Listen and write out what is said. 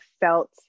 felt